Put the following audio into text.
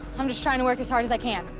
i'm just trying to work as hard as i can.